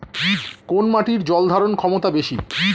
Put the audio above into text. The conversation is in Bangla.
কোন মাটির জল ধারণ ক্ষমতা বেশি?